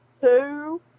Two